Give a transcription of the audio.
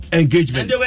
engagement